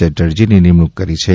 ચેટરજીની નિમણુંક કરી છે